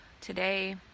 today